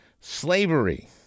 slavery